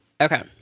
Okay